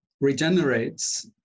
regenerates